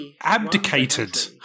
abdicated